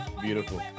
Beautiful